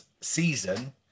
season